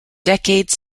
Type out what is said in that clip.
decades